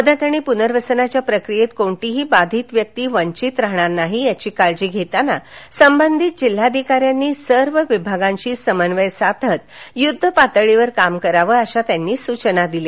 मदत आणि पुनर्वसनाच्या प्रक्रियेत कोणतीही बाधित व्यक्ती वंचित राहणार नाही याची काळजी घेताना संबंधित जिल्हाधिकाऱ्यांनी सर्व विभागांशी समन्वय राखत युद्ध पातळीवर काम करावे अशा सूचना त्यांनी दिल्या